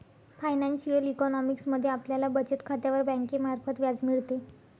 financial economics मध्ये आपल्याला बचत खात्यावर बँकेमार्फत व्याज मिळते